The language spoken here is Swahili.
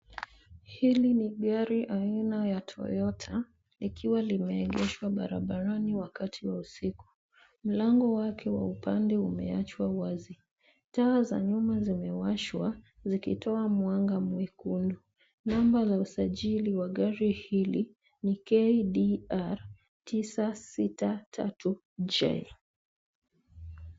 Hili ni gari aina ya Toyota likiwa limeegeshwa barabarani wakati wa usiku. Mlango wake wa upande umeachwa wazi. Taa za nyuma zimewashwa zikitoa mwanga mwekundu. Namba za usajili wa gari hili ni KDR 963J.